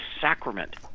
sacrament